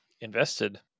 invested